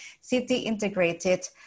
city-integrated